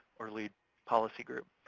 or lead policy group.